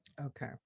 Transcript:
okay